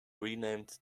renamed